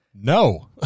No